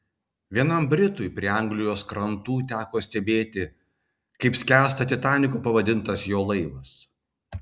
vienam britui prie anglijos krantų teko stebėti kaip skęsta titaniku pavadintas jo laivas